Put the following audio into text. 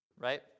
right